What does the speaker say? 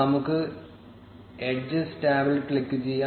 നമുക്ക് എഡ്ജ്സ് ടാബിൽ ക്ലിക്ക് ചെയ്യാം